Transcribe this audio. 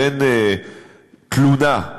בין תלונה,